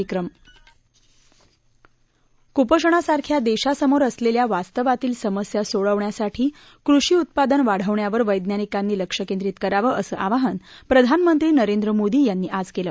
विक्रम कुपोषणासारख्या देशासमोर असलेल्या वास्तवातील समस्या सोडवण्यासाठी कृषी उत्पादन वाढवण्यावर वैज्ञानिकांनी लक्ष केंद्रित करावं असं आवाहन प्रधानमंत्री नरेंद्र मोदी यांनी आज केलं